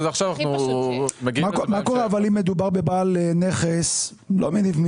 מה קורה אם מדובר בבעל נכס לא מניב,